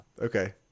Okay